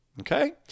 Okay